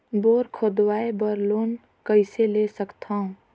Bore खोदवाय बर loan कइसे ले सकथव?